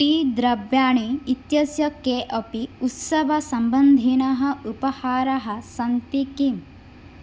T द्रव्याणि इत्यस्य के अपि उत्सवसम्बन्धिनः उपहाराः सन्ति किम्